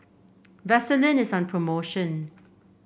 vaselin is on promotion